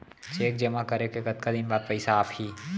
Cheque जेमा करे के कतका दिन बाद पइसा आप ही?